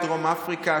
דרום אפריקה,